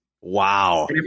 Wow